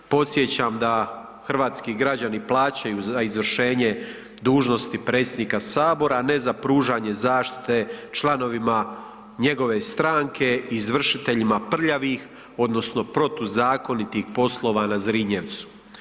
Podsjećam da hrvatski građani plaćaju za izvršenje dužnosti predsjednika Sabora, a ne za pružanje zaštite članovima njegove stranke i izvršitelja prljavih odnosno protuzakonitih poslova na Zrinjevcu.